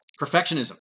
Perfectionism